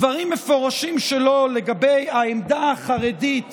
דברים מפורשים שלו לגבי העמדה החרדית